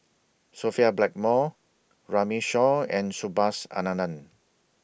Sophia Blackmore Runme Shaw and Subhas Anandan